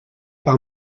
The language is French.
par